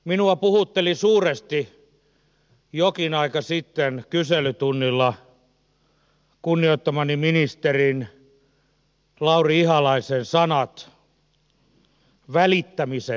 minua puhuttelivat suuresti jokin aika sitten kyselytunnilla kunnioittamani ministerin lauri ihalaisen sanat välittämisestä